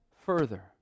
further